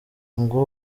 ngo